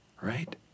right